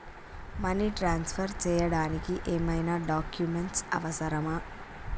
Money transfer చేయడానికి ఏమైనా documents అవసరమా?